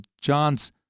John's